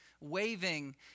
Waving